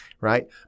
right